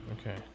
okay